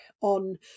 on